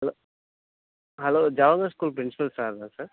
hello hello Jawahar school principal சாருங்களா sir